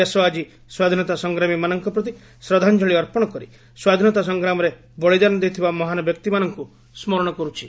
ଦେଶ ଆଜି ସ୍ୱାଧୀନତା ସଂଗ୍ରାମୀମାନଙ୍କ ପ୍ରତି ଶ୍ରଦ୍ଧାଞ୍ଜଳୀ ଅର୍ପଣ କରି ସ୍ୱାଧୀନତା ସଂଗ୍ରାମରେ ବଳୀଦାନ ଦେଇଥିବା ମହାନ ବ୍ୟକ୍ତିମାନଙ୍କୁ ସ୍କରଣ କରୁଛି